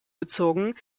bezogen